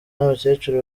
n’abakecuru